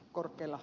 korpela